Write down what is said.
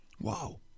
Wow